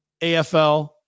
afl